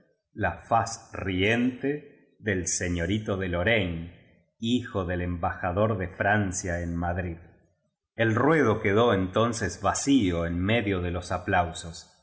la faz riente del señorito de lorraiñe hijo del embajador de francia en madrid i en castellano en el original biblioteca nacional de españa la españa moderna el ruedo quedó entonces vacío en medio de los aplausos